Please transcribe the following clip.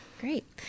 Great